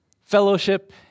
Fellowship